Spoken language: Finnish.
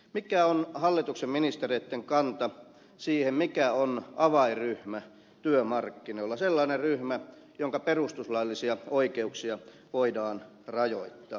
mikä on hallituksen ministereitten kanta siihen mikä on avainryhmä työmarkkinoilla sellainen ryhmä jonka perustuslaillisia oikeuksia voidaan rajoittaa